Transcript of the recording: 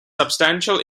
substantial